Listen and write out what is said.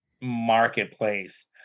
marketplace